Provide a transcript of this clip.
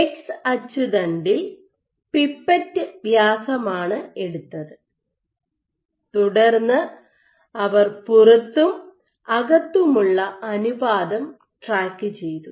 X അച്ചുതണ്ടിൽ pipette വ്യാസമാണ് എടുത്തത് തുടർന്ന് അവർ പുറത്തും അകത്തുമുള്ള അനുപാതം ട്രാക്കുചെയ്തു